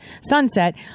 sunset